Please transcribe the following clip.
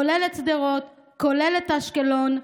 כולל שדרות, כולל אשקלון.